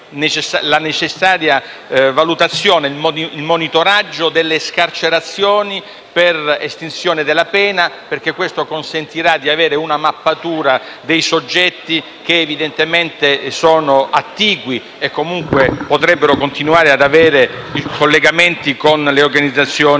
la necessaria valutazione e il monitoraggio delle scarcerazioni per estinzione della pena, perché ciò consentirà di avere una mappatura dei soggetti che sono attigui e che potrebbero continuare ad avere collegamenti con le organizzazioni